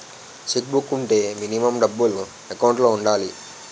Check book వుంటే minimum డబ్బులు account లో ఉండాలి?